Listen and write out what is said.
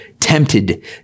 tempted